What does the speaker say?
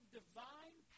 divine